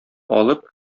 алып